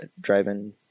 Driving